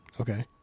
Okay